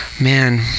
man